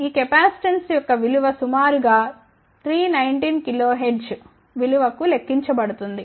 ఈ కెపాసిటెన్స్ యొక్క విలువ సుమారు గా 319 kHz విలువ కు లెక్కించబడుతుంది